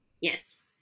Yes